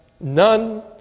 none